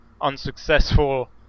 unsuccessful